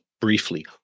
briefly